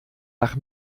nach